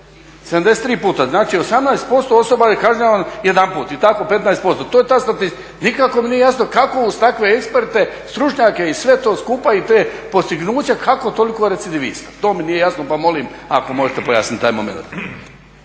73 puta, znači 18% osoba je kažnjavano jedanput i tako 15%, to je ta statistika. Nikako mi nije jasno kako uz takve eksperte, stručnjake i sve to skupa i ta postignuća, kako toliko recidivista. To mi nije jasno pa molim ako možete pojasnit taj moment.